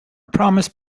promise